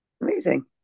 Amazing